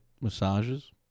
Massages